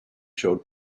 showed